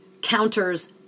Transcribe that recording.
counters